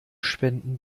spenden